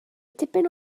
tipyn